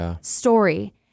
story